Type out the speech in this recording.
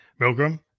Milgram